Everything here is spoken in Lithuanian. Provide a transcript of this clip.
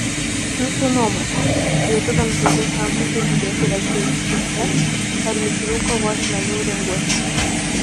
jūsų nuomone lietuviams daugiau šansų sužibėti regbio aikštėse ar mišrių kovos menų ringuose